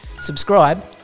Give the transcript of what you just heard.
subscribe